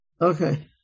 Okay